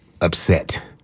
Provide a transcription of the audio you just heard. upset